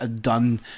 done